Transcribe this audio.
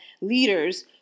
leaders